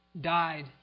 died